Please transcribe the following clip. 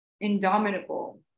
Indomitable